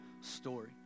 story